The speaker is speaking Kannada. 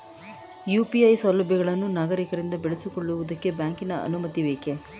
ಯು.ಪಿ.ಐ ಸೌಲಭ್ಯವನ್ನು ನಾಗರಿಕರು ಬಳಸಿಕೊಳ್ಳುವುದಕ್ಕೆ ಬ್ಯಾಂಕಿನ ಅನುಮತಿ ಬೇಕೇ?